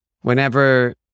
whenever